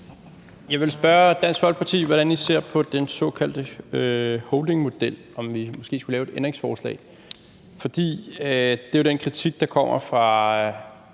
Jeg vil spørge Dansk Folkeparti, hvordan I ser på den såkaldte holdingmodel, og om vi måske skulle lave et ændringsforslag. Der kommer jo en kritik fra